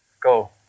Go